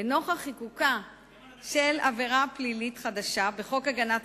לנוכח חיקוקה של עבירה פלילית חדשה בחוק הגנת